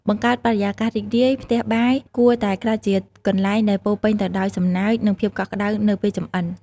បង្កើតបរិយាកាសរីករាយ ផ្ទះបាយគួរតែក្លាយជាកន្លែងដែលពោរពេញទៅដោយសំណើច និងភាពកក់ក្ដៅនៅពេលចម្អិន ។